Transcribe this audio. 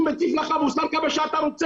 אני אטיף לך מוסר, תלמד לשמוע.